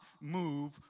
move